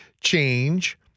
change